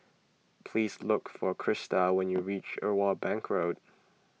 please look for Christa when you reach Irwell Bank Road